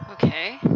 Okay